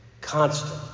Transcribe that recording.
constant